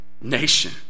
nation